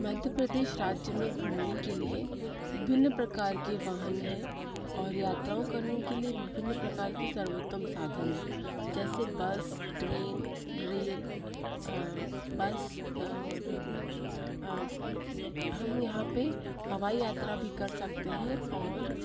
मध्य प्रदेश राज्य में घूमने के लिए भिन्न प्रकार के वाहन हैं और यात्राएं करने के लिए विभिन्न प्रकार के सर्वोत्तम साधन हैं जैसे बस ट्रेन रेल बस और हम यहाँ पर हवाई यात्रा भी कर सकते हैं और